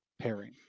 pairing